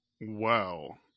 Wow